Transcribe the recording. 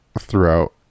throughout